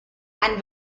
and